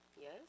Yes